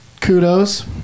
Kudos